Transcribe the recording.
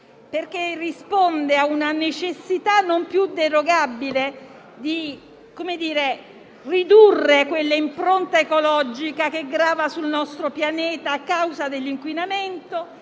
perché risponde alla necessità non più derogabile di ridurre quell'impronta ecologica che grava sul nostro pianeta a causa dell'inquinamento